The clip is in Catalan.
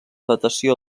datació